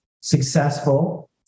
successful